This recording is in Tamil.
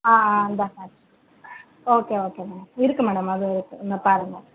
ஆ இந்தா காட்டுறேன் ஓகே ஓகே மேம் இருக்குது மேடம் அதுவும் இருக்குது வேணா பாருங்கள்